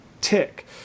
tick